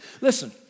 Listen